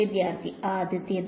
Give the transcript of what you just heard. വിദ്യാർത്ഥി ആദ്യത്തേത്